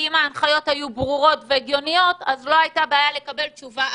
אם ההנחיות היו ברורות והגיוניות לא הייתה בעיה לקבל תשובה אחידה.